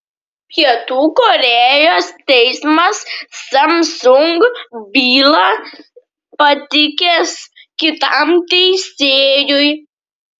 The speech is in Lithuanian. pietų korėjos teismas samsung bylą patikės kitam teisėjui